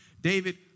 David